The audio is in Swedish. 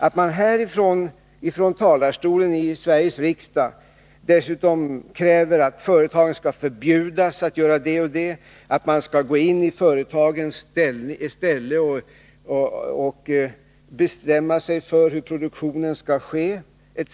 Att ifrån talarstolen i Sveriges riksdag kräva att företagen dessutom skall förbjudas att göra det ena eller andra, att vi skall gå in i företagens ställe och bestämma hur produktionen skall ske etc.